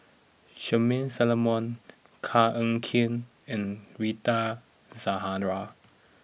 Charmaine Solomon Koh Eng Kian and Rita Zahara